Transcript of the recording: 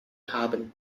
haben